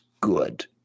good